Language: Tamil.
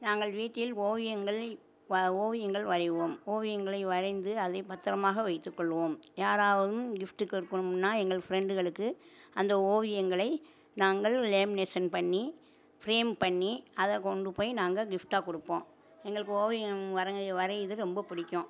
நாங்கள் வீட்டில் ஓவியங்கள் வ ஓவியங்கள் வரையுவோம் ஓவியங்களை வரைந்து அதை பத்தரமாக வைத்துக் கொள்வோம் யாராவதும் கிஃப்ட்டு கொடுக்கணும்னா எங்கள் ஃப்ரெண்டுகளுக்கு அந்த ஓவியங்களை நாங்கள் லேமினேஷன் பண்ணி ஃப்ரேம் பண்ணி அதை கொண்டுப்போய் நாங்கள் கிஃப்ட்டாக கொடுப்போம் எங்களுக்கு ஓவியம் வரைய வரைகிறது ரொம்ப பிடிக்கும்